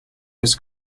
his